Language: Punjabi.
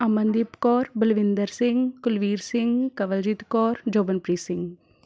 ਅਮਨਦੀਪ ਕੌਰ ਬਲਵਿੰਦਰ ਸਿੰਘ ਕੁਲਵੀਰ ਸਿੰਘ ਕਵਲਜੀਤ ਕੌਰ ਜੋਬਨਪ੍ਰੀਤ ਸਿੰਘ